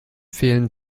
fehlen